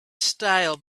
style